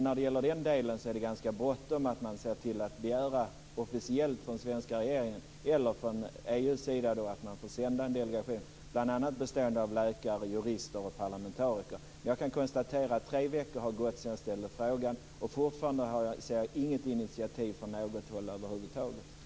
När det gäller den delen är det ganska bråttom att man ser till att officiellt från den svenska regeringen eller från EU begär att få sända en delegation, bl.a. bestående av läkare, jurister och parlamentariker. Jag kan emellertid konstatera att tre veckor har gått sedan jag ställde frågan, och fortfarande har inget initiativ från något håll över huvud taget tagits.